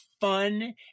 fun